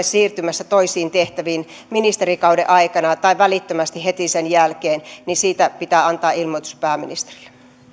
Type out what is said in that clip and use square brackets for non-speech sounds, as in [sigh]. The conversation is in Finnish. [unintelligible] siirtymässä toisiin tehtäviin ministerikauden aikana tai välittömästi sen jälkeen niin siitä pitää antaa ilmoitus pääministerille